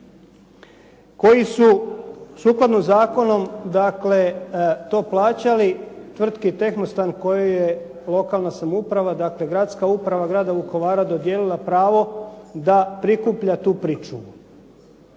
koji su sukladno zakonom dakle to plaćali tvrtki "Tehnostan" koja je lokalna samouprava, dakle Gradska uprava Grada Vukovara dodijelila pravo da prikuplja tu pričuvu.